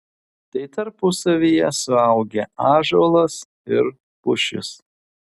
tai tarpusavyje suaugę ąžuolas ir pušis